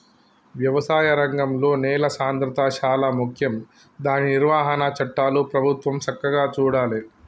వ్యవసాయ రంగంలో నేల సాంద్రత శాలా ముఖ్యం దాని నిర్వహణ చట్టాలు ప్రభుత్వం సక్కగా చూడాలే